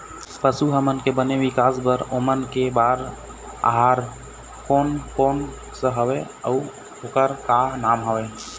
पशु हमन के बने विकास बार ओमन के बार आहार कोन कौन सा हवे अऊ ओकर का नाम हवे?